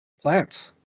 plants